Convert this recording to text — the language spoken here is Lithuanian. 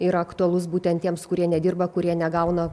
yra aktualus būtent tiems kurie nedirba kurie negauna